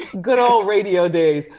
good old radio days.